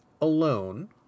alone